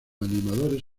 animadores